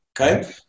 okay